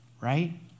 Right